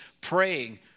praying